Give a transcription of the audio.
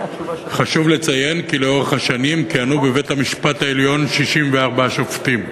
חשוב לציין כי לאורך השנים כיהנו בבית-המשפט העליון 64 שופטים,